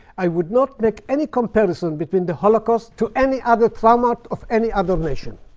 i would not make any comparison between the holocaust to any other trauma of any other nation.